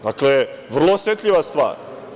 Dakle, vrlo osetljiva stvar.